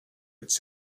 its